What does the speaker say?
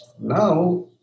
Now